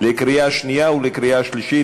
קריאה שנייה וקריאה שלישית.